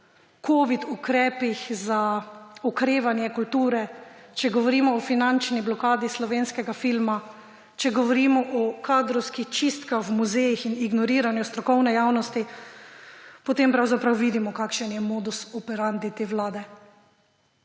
ukrepih za okrevanje kulture, če govorimo o finančni blokadi slovenskega filma, če govorimo o kadrovskih čistkah v muzejih in ignoriranju strokovne javnosti, potem pravzaprav vidimo, kakšen je modus operandi te vlade